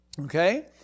Okay